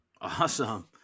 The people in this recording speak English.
Awesome